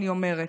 אני אומרת: